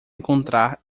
encontrar